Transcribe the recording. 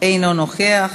אינו נוכח.